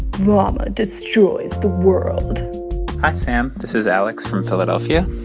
llama destroys the world ah sam. this is alex from philadelphia.